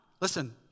Listen